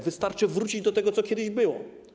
Wystarczy wrócić do tego, co kiedyś było.